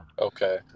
Okay